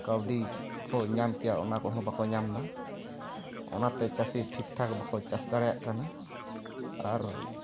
ᱠᱟᱣᱰᱤ ᱠᱚ ᱧᱟᱢ ᱠᱮᱭᱟ ᱚᱱᱟ ᱠᱚᱦᱚᱸ ᱵᱟᱠᱚ ᱧᱟᱢ ᱮᱫᱟ ᱚᱱᱟᱛᱮ ᱪᱟᱥᱤ ᱴᱷᱤᱠ ᱴᱷᱟᱠ ᱵᱟᱠᱚ ᱪᱟᱥ ᱫᱟᱲᱮᱭᱟᱜ ᱠᱟᱱᱟ ᱟᱨ